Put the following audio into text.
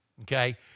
okay